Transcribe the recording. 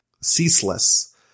ceaseless